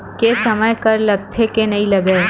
के समय कर लगथे के नइ लगय?